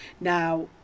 now